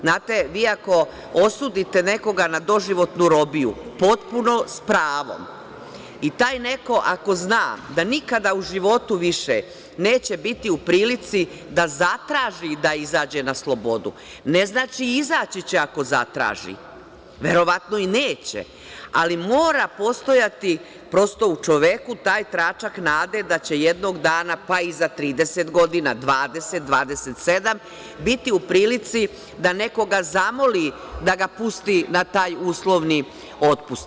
Znate, vi ako osudite nekoga na doživotnu robiju potpuno s pravom i taj neko ako zna da nikada u životu više neće biti u prilici da zatraži da izađe na slobodu, ne znači izaći će ako zatraži, verovatno i neće, ali mora postojati prosto u čoveku taj tračak nade da će jednog dana, pa i za 30 godina, 20, 27, biti u prilici da nekoga zamoli da ga pusti na taj uslovni otpust.